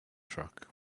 truck